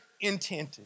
intended